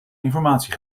informatie